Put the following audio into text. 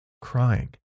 crying